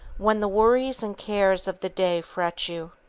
when the worries and cares of the day fret you,